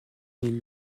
ils